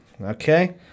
Okay